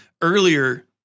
earlier